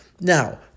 Now